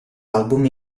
album